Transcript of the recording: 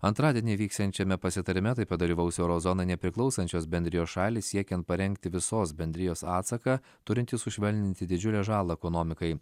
antradienį vyksiančiame pasitarime taip pat dalyvaus euro zonai nepriklausančios bendrijos šalys siekiant parengti visos bendrijos atsaką turintį sušvelninti didžiulę žalą ekonomikai